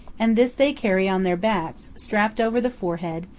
and this they carry on their backs, strapped over the forehead,